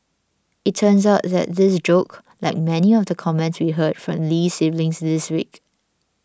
it turns out that this joke like many of the comments we heard from the Lee siblings this week